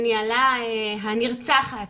שניהלה הנרצחת